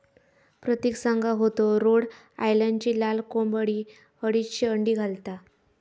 प्रतिक सांगा होतो रोड आयलंडची लाल कोंबडी अडीचशे अंडी घालता